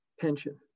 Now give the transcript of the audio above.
pension